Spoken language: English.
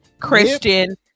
Christian